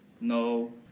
No